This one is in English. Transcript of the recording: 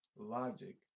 Logic